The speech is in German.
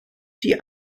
die